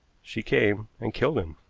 she came, and killed him.